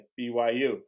BYU